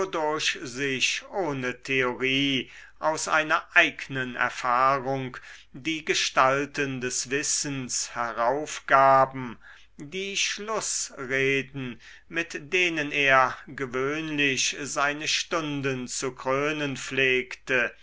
ohne theorie aus einer eignen erfahrung die gestalten des wissens heraufgaben die schlußreden mit denen er gewöhnlich seine stunden zu krönen pflegte